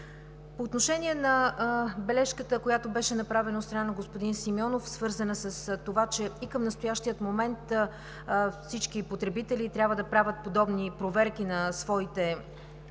По отношение на бележката, която беше направена от страна на господин Симеонов, свързана с това, че и към настоящия момент всички потребители трябва да правят подобни проверки на своите източници